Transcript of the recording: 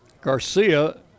Garcia